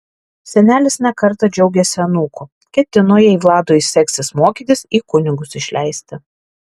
senelis ne kartą džiaugėsi anūku ketino jei vladui seksis mokytis į kunigus išleisti